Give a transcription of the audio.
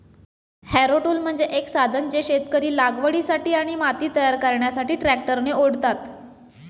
Harrow tool म्हणजे एक साधन जे शेतकरी लागवडीसाठी आणि माती तयार करण्यासाठी ट्रॅक्टरने ओढतात